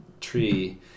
tree